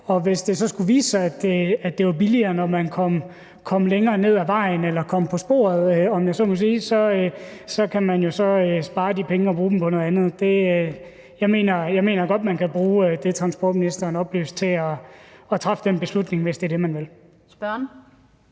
hvis det så skulle vise sig, at det blev billigere, når man kom længere ned ad vejen eller kom på sporet, om jeg så må sige, så kunne man jo spare de penge og bruge dem på noget andet. Jeg mener godt, man kan bruge det, transportministeren oplyste om, til at træffe den beslutning, hvis det er det, man vil.